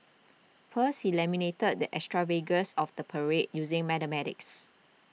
first he lamented the extravagance of the parade using mathematics